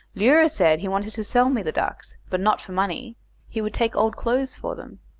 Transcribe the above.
leura said he wanted to sell me the ducks, but not for money he would take old clothes for them.